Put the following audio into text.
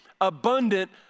abundant